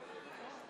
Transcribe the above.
ההצבעה: